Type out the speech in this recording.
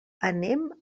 anem